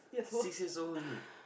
six years old only